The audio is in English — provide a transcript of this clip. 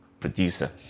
producer